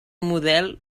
model